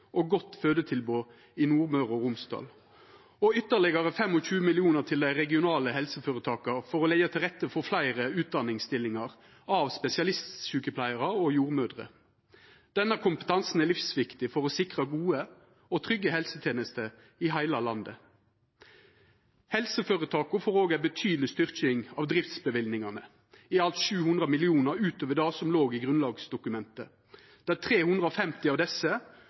og godt fødetilbod i Nordmøre og Romsdal. Ytterlegare 25 mill. kr går til dei regionale helseføretaka for å leggja til rette for fleire utdanningsstillingar av spesialistsjukepleiarar og jordmødrer. Denne kompetansen er livsviktig for å sikra gode og trygge helsetenester i heile landet. Helseføretaka får òg ei betydeleg styrking av driftsløyvingane, i alt 700 mill. kr ut over det som låg i grunnlagsdokumentet, der 350 av desse